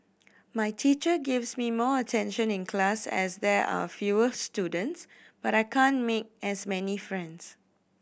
my teacher gives me more attention in class as there are fewer students but I can't make as many friends